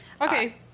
Okay